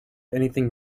anything